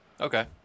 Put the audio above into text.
Okay